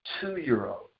two-year-old